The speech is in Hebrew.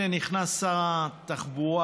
הינה נכנס שר התחבורה,